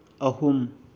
ꯑꯍꯨꯝ